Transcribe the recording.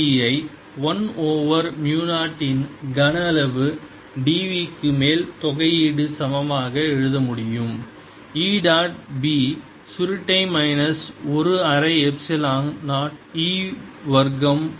B0 dV012E2∂t ஆகையால் நான் dw dt ஐ 1 ஓவர் மு 0 இன் கன அளவு dv க்கு மேல் தொகையீடு சமமாக எழுத முடியும் E டாட் B சுருட்டை மைனஸ் ஒரு அரை எப்சிலன் 0 E வர்க்கம் dv